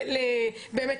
באמת,